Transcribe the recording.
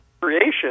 creation